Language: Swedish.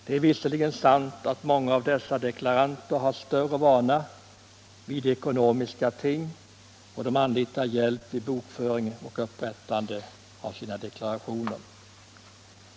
Det är visserligen sant att många av dessa deklaranter har större vana vid ekonomiska ting och anlitar hjälp vid bokföring och upprättande av sina deklarationer.